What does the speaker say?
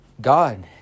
God